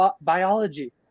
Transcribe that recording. biology